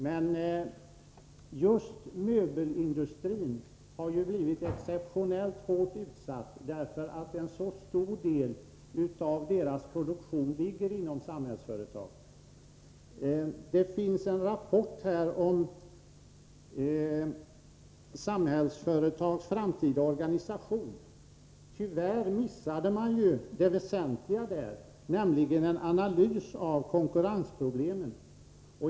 Men just möbelindustrin har blivit exceptionellt hårt utsatt, på grund av att en så stor del av dess produktion ligger inom Samhällsföretag. Det finns en rapport om Samhällsföretags framtida organisation. Tyvärr har man där missat det väsentliga, nämligen en analys av konkurrensproblemen.